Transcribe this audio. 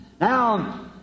Now